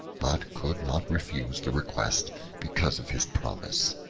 but could not refuse the request because of his promise.